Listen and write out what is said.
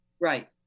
Right